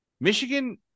Michigan